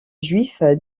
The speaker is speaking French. juifs